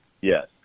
Yes